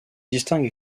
distingue